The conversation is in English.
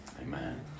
amen